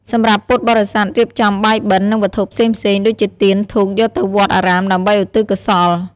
សម្រាប់ពុទ្ធបរិស័ទ រៀបចំបាយបិណ្ឌ និងវត្ថុផ្សេងៗ ដូចជាទាន ធូប យកទៅវត្តអារាមដើម្បីឧទ្ទិសកុសល។